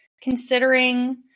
considering